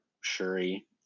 Shuri